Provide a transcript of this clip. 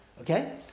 okay